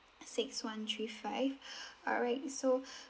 six one three five alright so